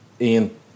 Ian